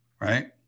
Right